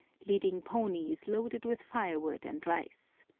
leading ponies loaded with firewood and rice.